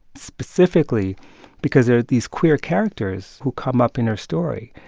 specifically because there are these queer characters who come up in her story,